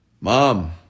Mom